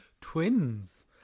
twins